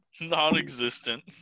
Non-existent